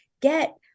get